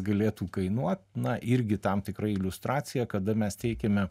galėtų kainuoti na irgi tam tikra iliustracija kada mes teikiame